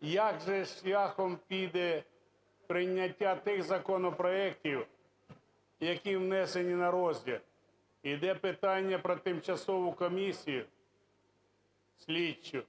же ж шляхом піде прийняття тих законопроектів, які внесені на розгляд. Іде питання про тимчасову комісію слідчу